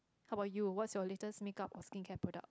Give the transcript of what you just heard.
how about you what's your latest makeup or skincare product